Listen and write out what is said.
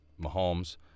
Mahomes